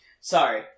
sorry